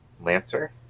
Lancer